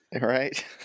Right